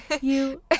You-